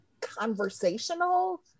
conversational